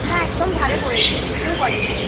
না একদম ধারে পড়েছে মিডলেও পড়েনি